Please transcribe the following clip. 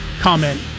comment